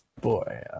Boy